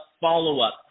follow-up